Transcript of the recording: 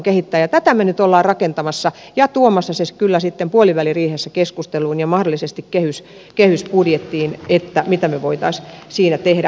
tätä me nyt olemme rakentamassa ja tuomassa kyllä sitten puoliväliriihessä keskusteluun ja mahdollisesti kehysbudjettiin että mitä me voisimme siinä tehdä